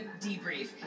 debrief